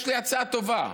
יש לי הצעה טובה.